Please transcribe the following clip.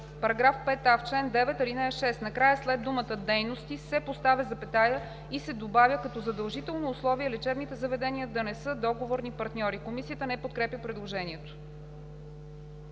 § 5а: „§ 5а. В чл. 9, ал. 6 накрая след думата „дейности“ се поставя запетая и се добавя „като задължително условие е лечебните заведения да не са договорни партньори.“ Комисията не подкрепя предложението.